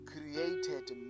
created